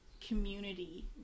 community